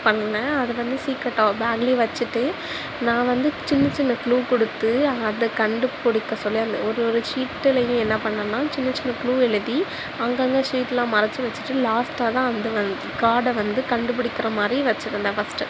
பண்ணிணேன் அது வந்து சீக்ரட்டாக பேக்லேயே வெச்சுட்டு நான் வந்து சின்ன சின்ன க்ளூ கொடுத்து அதை கண்டுபிடிக்க சொல்லி அந்த ஒரு ஒரு ஷீட்லையும் என்ன பண்ணேன்னா சின்ன சின்ன க்ளூ எழுதி அங்கங்கே ஷீட்டெலாம் மறைச்சு வச்சுட்டு லாஸ்ட்டாகதான் அந்த கார்டை வந்து கண்டுபிடிக்கிற மாதிரி வச்சுருந்தேன் ஃபஸ்ட்டு